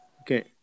Okay